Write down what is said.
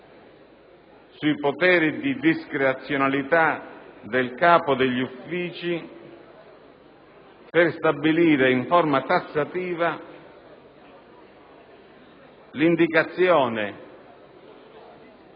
sui poteri di discrezionalità dei capi degli uffici per stabilire in forma tassativa quali siano